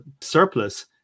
surplus